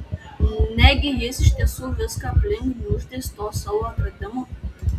negi jis iš tiesų viską aplink gniuždys tuo savo atradimu